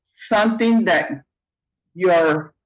something that your